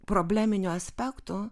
probleminių aspektų